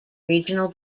regional